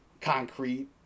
concrete